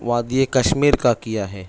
وادی کشمیر کا کیا ہے